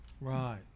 right